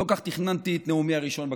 לא כך תכננתי את נאומי הראשון בכנסת,